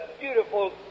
beautiful